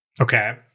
Okay